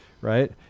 right